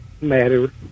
matter